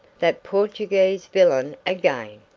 that portuguese villain again!